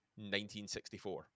1964